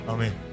Amen